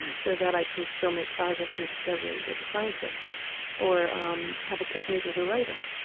so that i can still make progress and discoveries as a scientist or um have epiphanies as a writer.